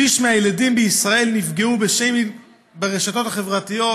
שליש מהילדים בישראל נפגעו בשיימינג ברשתות החברתיות.